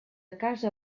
casa